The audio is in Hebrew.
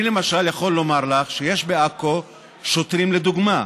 אני למשל יכול לומר לך שיש בעכו שוטרים לדוגמה.